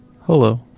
Hello